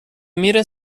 میره